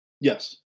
Yes